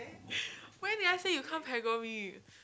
when did I say you come preggo me